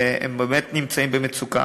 והם באמת נמצאים במצוקה.